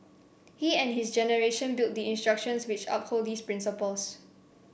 he and his generation built the institutions which uphold these principles